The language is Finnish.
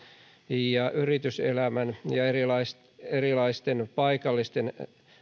ja yrityselämän ja ja erilaisten paikallisten